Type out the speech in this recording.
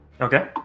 Okay